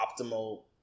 optimal